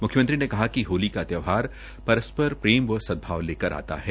म्ख्यमंत्री ने कहा कि होली का त्यौहर परस्पर प्रेम व सदभाव लेकर आता है